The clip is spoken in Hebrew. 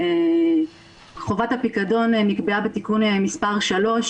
אין הפרשה מה- -- כל מה שלוקחים מהמעביד זה הפנסיה,